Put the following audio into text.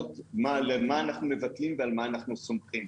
על מה אנחנו מוותרים ועל מה אנחנו סומכים.